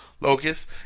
locust